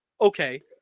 Okay